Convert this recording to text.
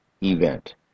event